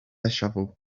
shovel